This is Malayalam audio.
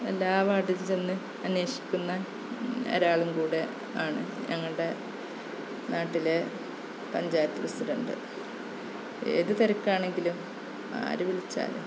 എല്ലാ വാര്ഡിലും ചെന്ന് അന്വേഷിക്കുന്ന ഒരാളും കൂടെ ആണ് ഞങ്ങളുടെ നാട്ടിലെ പഞ്ചായത്ത് പ്രസിഡന്റ് ഏതു തിരക്കാണെങ്കിലും ആരു വിളിച്ചാലും